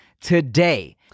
today